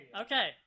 Okay